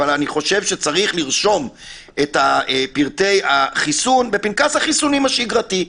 אבל אני חושב שצריך לרשום את פרטי החיסון בפנקס החיסונים השגרתי.